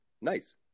nice